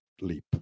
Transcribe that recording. leap